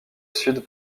sud